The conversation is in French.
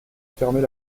fermer